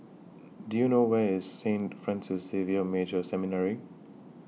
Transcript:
Do YOU know Where IS Saint Francis Xavier Major Seminary